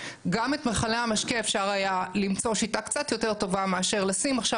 גם את מכלי המשקה אפשר היה למצוא שיטה קצת יותר טובה מאשר לשים עכשיו